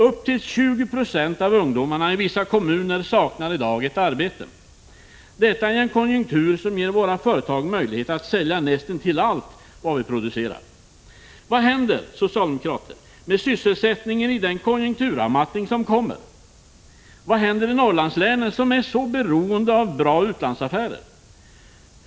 Upp till 20 26 av ungdomarna i vissa kommuner saknar i dag ett arbete, och detta i en konjunktur som ger våra företag möjlighet att sälja näst intill allt vi producerar. Vad händer, socialdemokrater, med sysselsättningen i den konjunkturavmattning som kommer? Vad händer i Norrlandslä 121 nen, som är så beroende av goda utlandsaffärer?